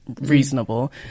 reasonable